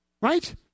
right